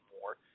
more